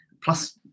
plus